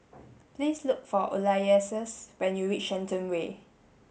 please look for Ulysses when you reach Shenton Way